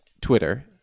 Twitter